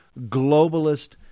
globalist